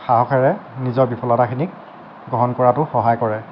সাহসেৰে নিজৰ বিফলতাখিনিক গ্ৰহণ কৰাতো সহায় কৰে